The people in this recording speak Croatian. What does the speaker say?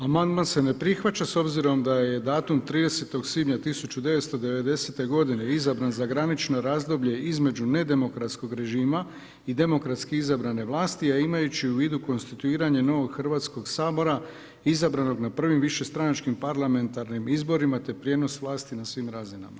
Amandman se ne prihvaća s obzirom da je datum 30. svibnja 1990. godine izabran za granično razdoblje između nedemokratskog režima i demokratski izabrane vlasti a imajući u vidu konstituiranje novog Hrvatskog sabora izabranog na prvim višestranačkim parlamentarnim izborima te prijenos vlasti na svim razinama.